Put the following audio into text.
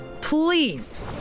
Please